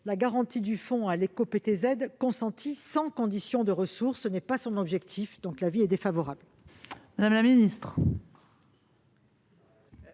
la garantie du fonds à l'éco-PTZ consenti sans condition de ressources. Or tel n'est pas son objectif. J'émets donc un avis défavorable